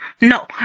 no